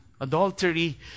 Adultery